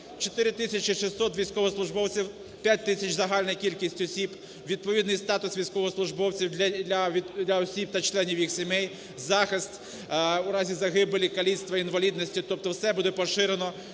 600 військовослужбовців, 5 тисяч загальна кількість осіб, відповідний статус військовослужбовців для осіб та членів їх сімей, захист у разі загибелі, каліцтва, інвалідності, тобто все буде поширено